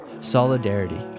Solidarity